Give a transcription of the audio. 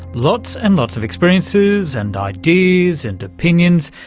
lots and lots of experiences and ideas and opinions,